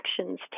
actions